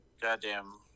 goddamn